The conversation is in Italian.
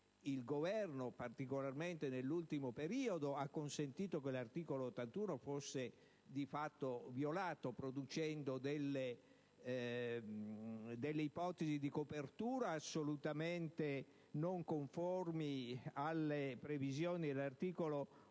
il Governo, particolarmente nell'ultimo periodo, ha consentito che esso fosse di fatto violato, producendo delle ipotesi di copertura assolutamente non conformi alle previsioni e